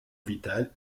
vital